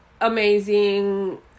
Amazing